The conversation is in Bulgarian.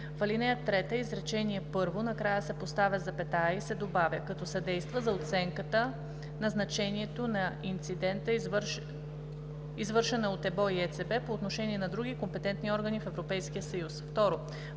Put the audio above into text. В ал. 3, изречение първо накрая се поставя запетая и се добавя „като съдейства за оценката на значението на инцидента, извършвана от ЕБО и ЕЦБ, по отношение на други компетентни органи в Европейския съюз“.